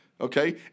okay